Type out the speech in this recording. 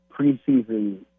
preseason